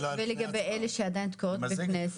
ואלה שעדיין תקועות בוועדת הכנסת?